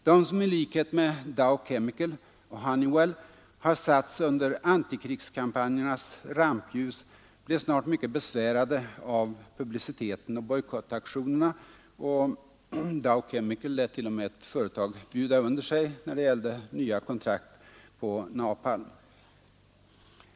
De som i likhet med Dow Chemical och Honeywell har satts under antikrigskampanjernas rampljus blev snart mycket besvärade av publiciteten och bojkottaktionerna. Dow Chemical lät t.o.m. ett företag bjuda under sig när det gällde nya kontrakt på napalm.